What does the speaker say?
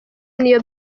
n’iyo